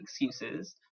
excuses